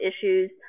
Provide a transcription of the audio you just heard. issues